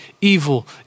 evil